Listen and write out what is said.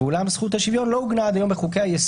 ואולם זכות השוויון לא עוגנה עד היום בחוקי-היסוד,